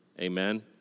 Amen